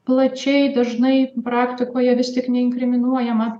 plačiai dažnai praktikoje vis tik neinkriminuojama